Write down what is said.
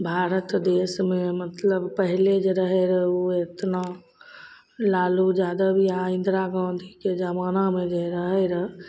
भारत देशमे मतलब पहिले जे रहै रऽ ओ एतना लालू जादब या इन्दिरा गान्धीके जबानामे जे रहै रऽ